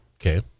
Okay